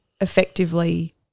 effectively